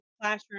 classroom